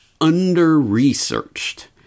under-researched